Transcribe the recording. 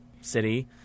city